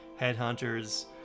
headhunters